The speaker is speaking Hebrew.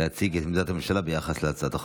יציג את עמדת הממשלה ביחס להצעת החוק.